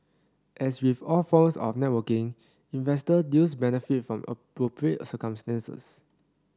as with all forms of networking investor deals benefit from appropriate circumstances